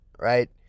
right